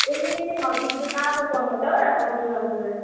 ए हजुर हजुर त्यो रातो टमाटर